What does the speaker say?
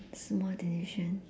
small decision